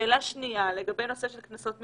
שאלה שנייה, לגבי נושא של קנסות מנהליים,